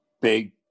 big